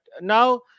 Now